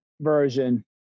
version